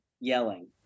yelling